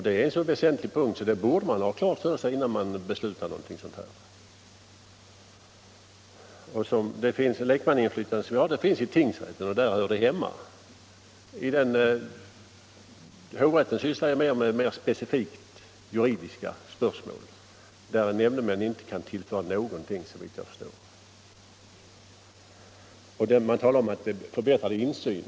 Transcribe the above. Det är en så väsentlig punkt att vi borde ha den klar för oss innan vi beslutar. Det finns lekmannainflytande i tingsrätten, och där hör det hemma. Hovrätterna sysslar mera med specifikt juridiska spörsmål där nämndemännen såvitt jag förstår inte kan tillföra någonting. Man talar om förbättrad insyn.